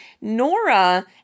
Nora